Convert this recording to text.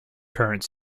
current